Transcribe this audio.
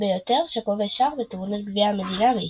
ביותר שכובש שער בטורניר גביע המדינה בישראל.